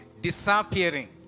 disappearing